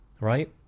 right